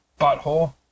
Butthole